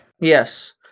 Yes